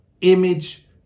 image